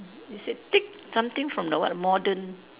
you say tick something from the what modern